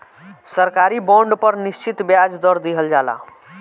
सरकारी बॉन्ड पर निश्चित ब्याज दर दीहल जाला